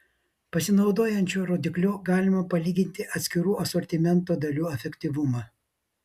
pasinaudojant šiuo rodikliu galima palyginti atskirų asortimento dalių efektyvumą